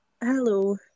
Hello